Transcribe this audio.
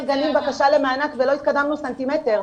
גנים בקשה למענק ולא התקדמנו סנטימטר.